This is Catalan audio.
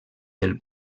del